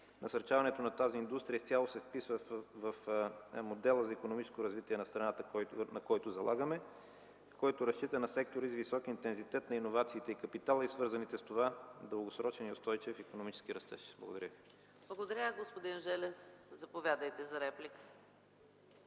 Насърчаването на тази индустрия изцяло се вписва в модела за икономическо развитие на страната, на който залагаме и който разчита на сектори с висок интензитет на иновациите и капитала и свързания с това дългосрочен и устойчив икономически растеж. Благодаря Ви. ПРЕДСЕДАТЕЛ ЕКАТЕРИНА МИХАЙЛОВА: Благодаря. Господин Желев, заповядайте за реплика.